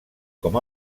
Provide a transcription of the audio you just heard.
com